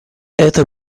это